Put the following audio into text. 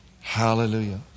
Hallelujah